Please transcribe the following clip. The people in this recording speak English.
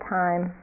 time